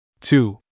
Two